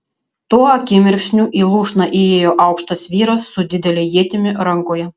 tuo akimirksniu į lūšną įėjo aukštas vyras su didele ietimi rankoje